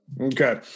okay